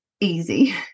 easy